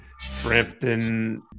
Frampton